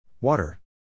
Water